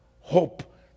Hope